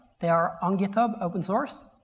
they are on github open source.